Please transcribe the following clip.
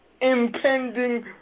impending